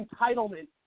entitlement